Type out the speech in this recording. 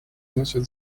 носят